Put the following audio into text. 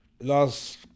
last